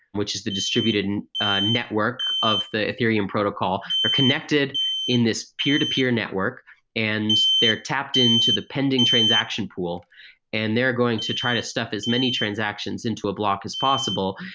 which is the distributed network of the ethereum protocol, are connected in this peer-to-peer network and they are tapped in to the pending transaction pool and they're going to try to stuff as many transactions into a block as possible,